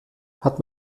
hat